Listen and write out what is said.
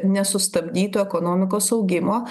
nesustabdytų ekonomikos augimo